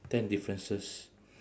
ten differences